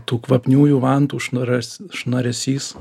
tų kvapniųjų vantų šnaras šnaresys